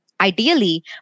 ideally